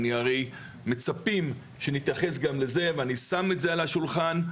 אני הרי מצפים שנתייחס גם לזה ואני שם את זה על השולחן.